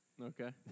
Okay